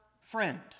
friend